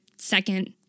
Second